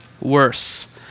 worse